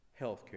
healthcare